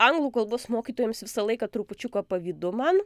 anglų kalbos mokytojams visą laiką trupučiuką pavydu man